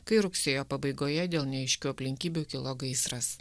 kai rugsėjo pabaigoje dėl neaiškių aplinkybių kilo gaisras